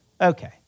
okay